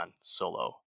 solo